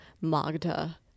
magda